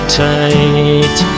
tight